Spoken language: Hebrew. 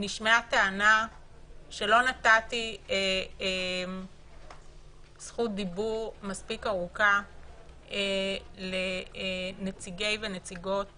נשמעה טענה שלא נתתי זכות דיבור מספיק ארוכה לנציגי ונציגות